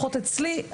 לפחות אצלי.